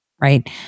Right